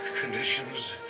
conditions